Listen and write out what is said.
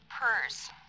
purse